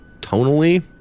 tonally